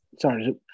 Sorry